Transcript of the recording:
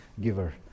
giver